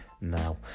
now